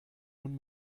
nun